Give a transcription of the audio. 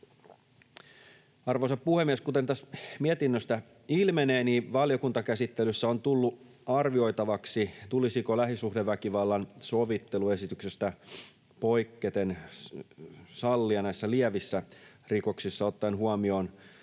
Arvoisa puhemies! Kuten tästä mietinnöstä ilmenee, niin valiokuntakäsittelyssä on tullut arvioitavaksi, tulisiko lähisuhdeväkivallan sovittelu esityksestä poiketen sallia lievissä rikoksissa, ottaen huomioon